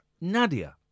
Nadia